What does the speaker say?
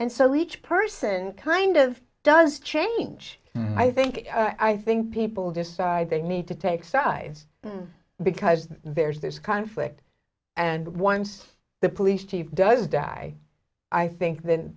and so each person kind of does change i think i think people decide they need to take sides because there's there's conflict and once the police chief does die i think then